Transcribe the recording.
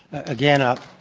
again, i